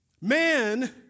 Man